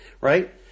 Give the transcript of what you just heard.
right